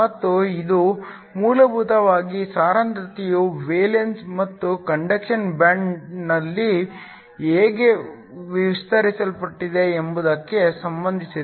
ಮತ್ತು ಇದು ಮೂಲಭೂತವಾಗಿ ಸಾಂದ್ರತೆಯು ವೇಲೆನ್ಸಿ ಮತ್ತು ಕಂಡಕ್ಷನ್ ಬ್ಯಾಂಡ್ನಲ್ಲಿ ಹೇಗೆ ವಿತರಿಸಲ್ಪಡುತ್ತದೆ ಎಂಬುದಕ್ಕೆ ಸಂಬಂಧಿಸಿದೆ